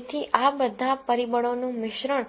તેથી આ બધા પરિબળોનું મિશ્રણ